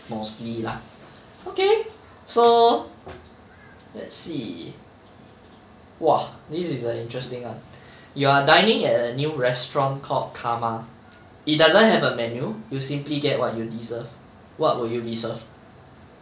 mostly lah okay so let's see !wah! this is a interesting [one] you are dining at a new restaurant called karma it doesn't have a menu you simply get what you deserve what will you be served